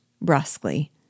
brusquely